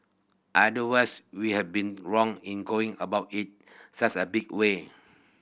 otherwise we have been wrong in going about it such a big way